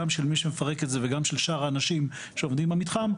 גם של מי שמפרק את זה וגם של שאר האנשים שעובדים במתחם,